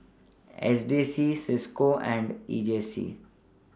S D C CISCO and E J C